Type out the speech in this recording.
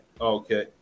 Okay